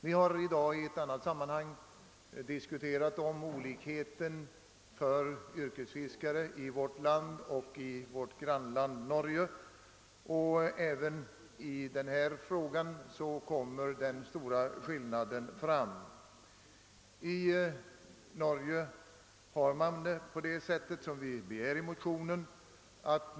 Vi har i dag i ett annat sammanhang diskuterat olikheten mellan yrkesfiskarna i vårt land och yrkesfiskarna i vårt grannland Norge, och även i denna fråga kommer den stora skillnaden fram. I Norge har man det på det sätt som vi motionärer begär att få det i Sverige.